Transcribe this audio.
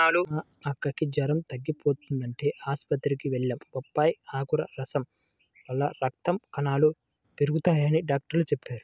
మా అక్కకి జెరం తగ్గకపోతంటే ఆస్పత్రికి వెళ్లాం, బొప్పాయ్ ఆకుల రసం వల్ల రక్త కణాలు పెరగతయ్యని డాక్టరు చెప్పారు